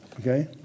okay